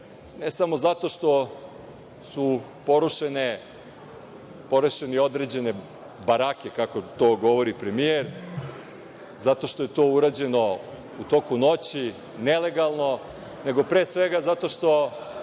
ne samo zato što su porušene određene barake, kako to govori premijer, zato što je to urađeno u toku noći, nelegalno, nego pre svega zato što